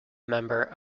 member